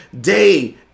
day